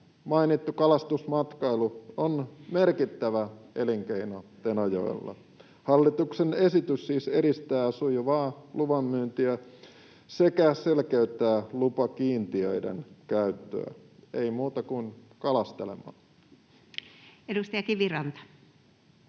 mainittu kalastusmatkailu on merkittävä elinkeino Tenojoella. Hallituksen esitys siis edistää sujuvaa luvanmyyntiä sekä selkeyttää lupakiintiöiden käyttöä. Ei muuta kuin kalastelemaan. Edustaja Kiviranta.